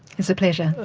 it's a pleasure.